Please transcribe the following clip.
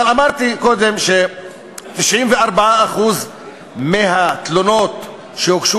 אבל אמרתי קודם ש-94% מהתלונות שהוגשו